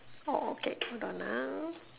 oh okay hold on ah